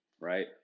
right